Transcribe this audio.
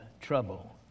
trouble